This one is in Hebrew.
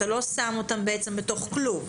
אתה לא שם אותם בתוך כלוב.